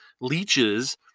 leeches